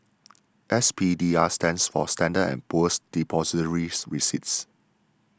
S P D R stands for Standard and Poor's Depositories Receipts